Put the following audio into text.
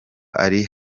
hari